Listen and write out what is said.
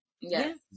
Yes